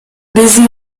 busy